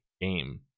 game